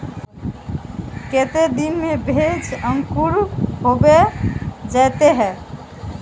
केते दिन में भेज अंकूर होबे जयते है?